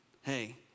hey